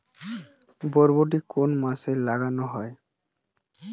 বরবটি কোন মাসে লাগানো হয়?